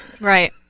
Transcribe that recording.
Right